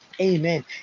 Amen